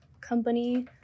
company